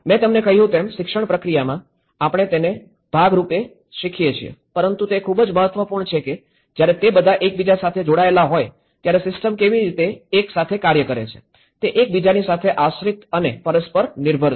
મેં તમને કહ્યું તેમ શિક્ષણ પ્રક્રિયામાં આપણે તેને ભાગ રૂપે શીખીએ છીએ પરંતુ તે ખૂબ જ મહત્વપૂર્ણ છે કે જ્યારે તે બધા એકબીજા સાથે જોડાયેલા હોય ત્યારે સિસ્ટમ કેવી રીતે એક સાથે કાર્ય કરે છે તે એકબીજાની સાથે આશ્રિત અને પરસ્પર નિર્ભર છે